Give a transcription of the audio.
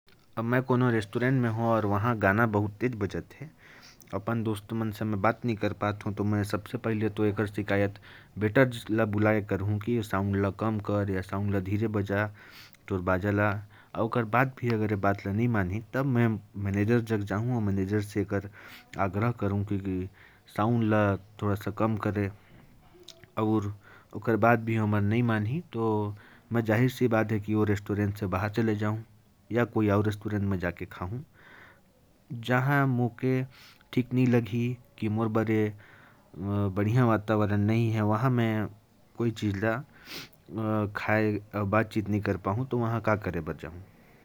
अब, अगर मैं किसी रेस्टोरेंट में हो और गाना बहुत तेज बज रहा हो, तो मैं सबसे पहले वहां के वेटर से कंप्लेन करूंगा कि मुझे बात करने में दिक्कत हो रही है। अगर फिर भी कम नहीं होता, तो मैं मैनेजर से बात करूंगा। और अगर फिर भी समस्या बनी रहती है, तो मैं वहां से उठकर किसी और रेस्टोरेंट में चला जाऊंगा।